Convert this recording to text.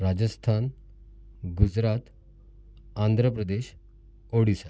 Rajasthan Gujarat Andhra Pradesh Odisha